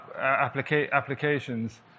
applications